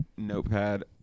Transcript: notepad